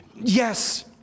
Yes